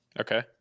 Okay